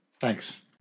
Thanks